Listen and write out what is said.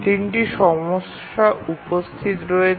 ৩ রকমের সমস্যা থাকতে পারে